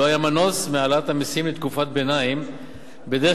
לא היה מנוס מהעלאת מסים לתקופת ביניים בדרך